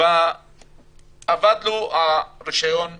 שאבד להם הרישיון פלסטיק,